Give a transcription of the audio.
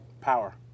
Power